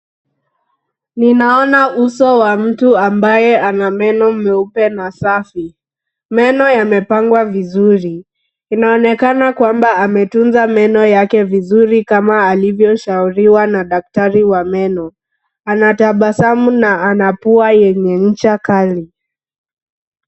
Ninaona uso wa mtu ambaye ana meno meupe na safi, meno yamepangwa vizuri, inaonekana kwamba ametunza meno yake vizuri kama alivyoshauriwa na daktari wa meno, anatabasamu na ana pua yenye ncha kali.